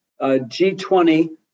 G20